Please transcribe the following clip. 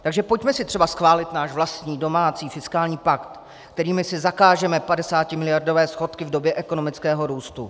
Takže pojďme si třeba schválit náš vlastní domácí fiskální pakt, kterým si zakážeme padesátimiliardové schodky v době ekonomického růstu.